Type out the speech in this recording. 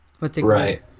right